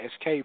SK